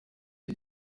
ati